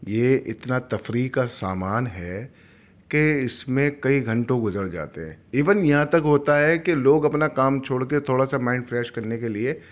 یہ اتنا تفریح کا سامان ہے کہ اس میں کئی گھنٹوں گزر جاتے ہیں ایون یہاں تک ہوتا ہے کہ لوگ اپنا کام چھوڑ کے تھوڑا سا مائنڈ فریش کرنے کے لئے